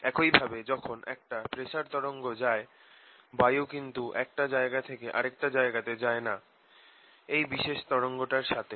একই ভাবে যখন একটা প্রেসার তরঙ্গ যায় বায়ু কিন্তু একটা জায়গা থেকে আরেকটা জায়গাতে যায় না এই বিশেষ তরঙ্গটার সাথে